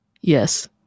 yes